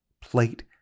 plate